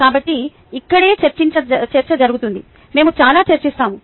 కాబట్టి ఇక్కడే చర్చ జరుగుతుంది మేము చాలా చర్చిస్తాము